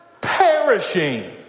perishing